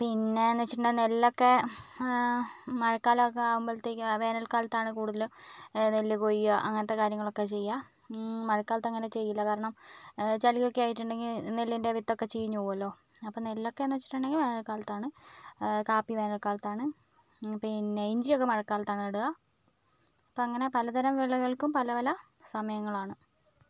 പിന്നെയെന്ന് വെച്ചിട്ടുണ്ടേ നെല്ലൊക്കേ മഴക്കാലമൊക്കേ ആകുമ്പോഴത്തേക്കും വേനൽക്കാലത്താണ് കൂടുതലും നെല്ല് കൊയ്യുക അങ്ങനത്തേ കാര്യങ്ങളൊക്കേ ചെയ്യുക മഴക്കാലത്ത് അങ്ങനെ ചെയ്യില്ല കാരണം ചെളിയൊക്കേ ആയിട്ടുണ്ടെങ്കിൽ നെല്ലിൻ്റെ വിത്തൊക്കേ ചീഞ്ഞു പോകുമല്ലോ അപ്പോൾ നെല്ലൊക്കെയെന്ന് വെച്ചിട്ടുണ്ടെങ്കിൽ വേനൽക്കാലത്താണ് കാപ്പി വേനൽക്കാലത്താണ് പിന്നേ ഇഞ്ചിയൊക്കേ മഴക്കാലത്താണ് നടുക ഇപ്പം അങ്ങനേ പലതരം വിളകൾക്കും പല പല സമയങ്ങളാണ്